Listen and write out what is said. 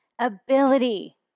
ability